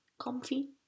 comfy